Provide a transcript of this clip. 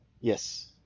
Yes